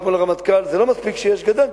הרמטכ"ל אמר אתמול שזה לא מספיק שיש גדר.